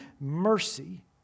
mercy